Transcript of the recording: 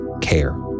care